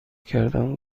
کردن